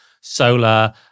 solar